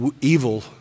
evil